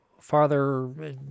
Farther